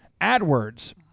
AdWords